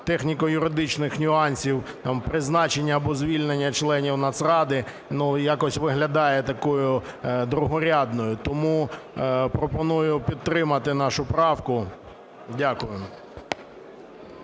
техніко-юридичних нюансів призначення або звільнення членів Нацради якось виглядає такою другорядною. Тому пропоную підтримати нашу правку. Дякую.